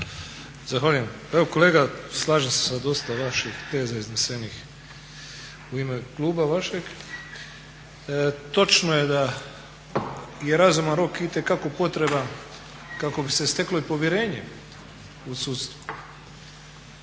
Zahvaljujem. Evo kolega slažem se sa dosta vaših teza iznesenih u ime kluba vašeg. Točno je da je razuman rok itekako potreban kako bi se steklo i povjerenje u sudstvo.